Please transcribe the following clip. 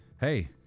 hey